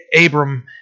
Abram